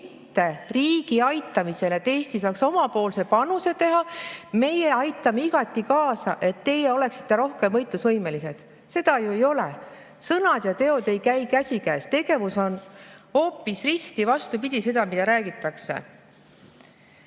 riigi aitamisele, et Eesti saaks omapoolse panuse teha. Meie aitame igati kaasa, et teie oleksite rohkem võitlusvõimelised – seda ju ei ole. Sõnad ja teod ei käi käsikäes, tegevus on hoopis risti vastupidine sellele, mida räägitakse. Ja